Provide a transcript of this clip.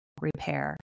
repair